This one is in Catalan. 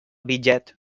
bitllet